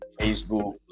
Facebook